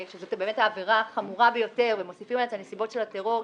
שזו העבירה החמורה ביותר ומוסיפים את הנסיבות של הטרור,